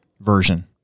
version